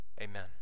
Amen